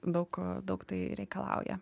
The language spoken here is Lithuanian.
daug daug tai reikalauja